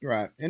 Right